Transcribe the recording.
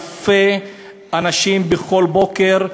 אלפי אנשים בכל בוקר,